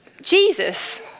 Jesus